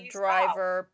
driver